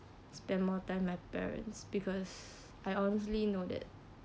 spend more time my parents because I honestly know that